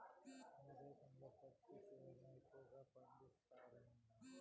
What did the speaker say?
మన దేశంలో పత్తి సేనా ఎక్కువగా పండిస్తండారు